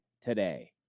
today